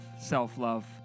self-love